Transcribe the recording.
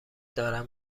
دارم